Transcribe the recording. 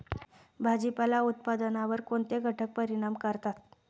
भाजीपाला उत्पादनावर कोणते घटक परिणाम करतात?